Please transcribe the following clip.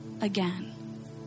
again